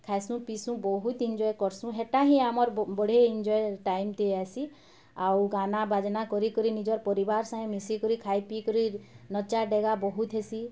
ଖାଇସୁଁ ପିସୁଁ ବହୁତ ଏନ୍ଜଏ କରସୁଁ ହେଟା ହିଁ ଆମର୍ ବଢେ ଏନ୍ଜଏ ଟାଇମ୍ ଟେ ଆଇସିଁ ଆଉ ଗାନା ବାଜାନା କରି କରି ନିଜର୍ ପରିବାର୍ ସାଙ୍ଗେ ମିଶିକରି ନଚା ଡେଗା ବହୁତ ହେସି